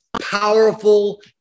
powerful